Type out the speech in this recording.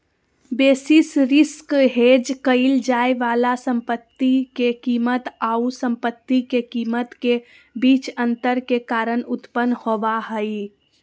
basis risk hedge क़इल जाय वाला संपत्ति के कीमत आऊ संपत्ति के कीमत के बीच अंतर के कारण उत्पन्न होबा हइ